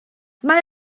mae